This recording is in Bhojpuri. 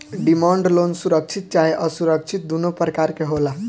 डिमांड लोन सुरक्षित चाहे असुरक्षित दुनो प्रकार के होला